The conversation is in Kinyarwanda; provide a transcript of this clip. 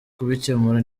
kubikemura